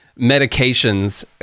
medications